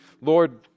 Lord